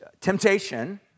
temptation